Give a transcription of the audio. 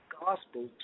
gospel